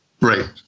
Right